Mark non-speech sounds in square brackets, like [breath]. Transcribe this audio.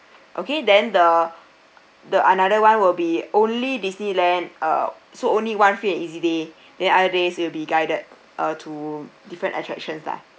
okay then the the another [one] will be only Disneyland uh so only one free and easy day [breath] then other days will be guided uh to different attractions lah